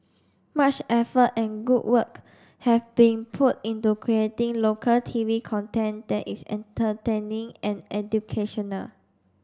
much effort and good work have been put into creating local T V content that is entertaining and educational